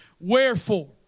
Wherefore